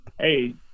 Hey